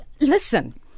Listen